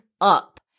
up